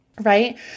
Right